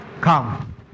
come